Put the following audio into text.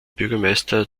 bürgermeister